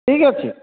ଠିକ୍ ଅଛି